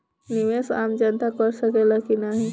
निवेस आम जनता कर सकेला की नाहीं?